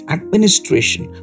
Administration